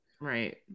Right